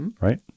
Right